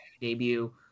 debut